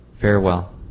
Farewell